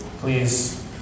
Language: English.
please